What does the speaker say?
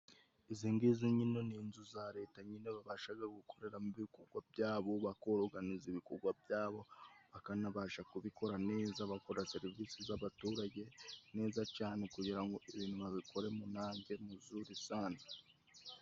izi ngizi nyine ni inzu za Leta, nyine babasha gukorera mo ibikorwa byabo. Bakoruganiza ibikorwa byabo bakanabasha kubikora neza, bakora serivisi z'abaturage neza cyane kugira ngo ibintu babikore munange, muzuri sana.